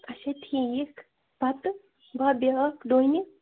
اچھا ٹھیٖک پَتہٕ ہۄ بیاکھ ڈوٗن